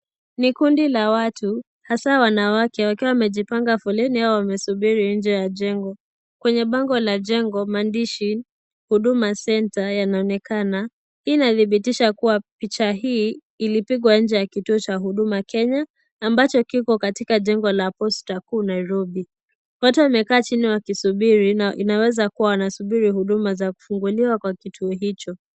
Ni kundi la watu, hasa wanawake wakiwa wamejipanga foleni au wamesubiri nje ya jengo. Kwenye bango la jengo maandishi 'Huduma Centre' yanaonekana. Hii inadhibitisha kuwa picha hii ilipigwa nje ya kituo cha Huduma Kenya ambacho kiko katika jengo la Posta kuu Nairobi. Watu wamekaa chini wakisubiri na inaweza kuwa wanasubiri huduma za kufunguliwa kwa kituo hicho.